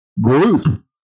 group